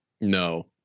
No